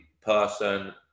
person